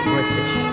British